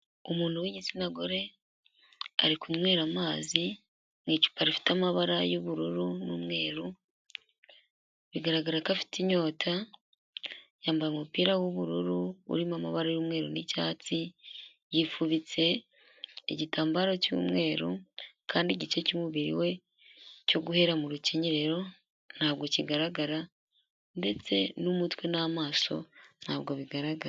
Umuntu w'igitsina gore ari kunywera amazi mu icupa rifite amabara y'ubururu n'umweru, bigaragara ko afite inyota, yambaye umupira w'ubururu urimo amabara y'umweru n'icyatsi, yifubitse igitambaro cy'umweru, kandi igice cy'umubiri we cyo guhera mu rukenyerero ntabwo kigaragara, ndetse n'umutwe n'amaso ntabwo bigaragara.